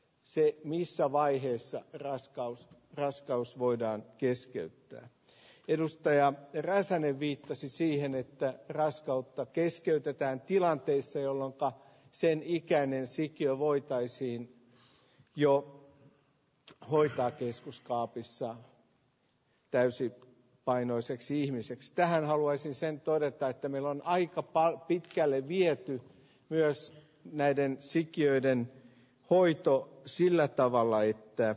se ei missään vaiheessa ja raiskaus raiskaus voidaan keskeyttää edustaja räsänen viittasi siihen että raskautta keskeytetään tilanteissa jolanta senikäinen sikiö voitaisiin jo vanhoja keskoskaapissa täysin painoiseksi ihmiseksi tähän haluaisin sen todeta että meillä on aika paljon pitkälle viety myös näiden sikiöiden hoitoa sillä tavalla että